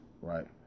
Right